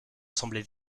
semblait